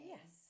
Yes